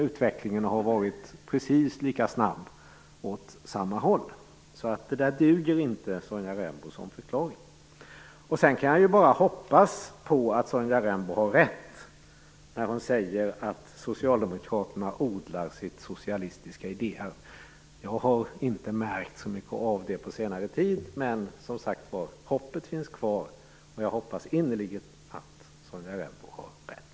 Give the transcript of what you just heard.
Utvecklingen där har varit precis lika snabb och gått åt samma håll. Så det där duger inte som förklaring, Jag kan sedan bara hoppas att Sonja Rembo har rätt när hon säger att Socialdemokraterna odlar sitt socialistiska idéarv. Jag har inte märkt så mycket av det på senare tid, men, som sagt, hoppet finns kvar, och jag hoppas innerligen att Sonja Rembo har rätt.